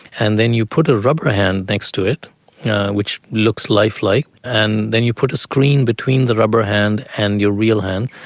and then you put a rubber hand next to it which looks lifelike, and then you put a screen between the rubber hand and your real hand.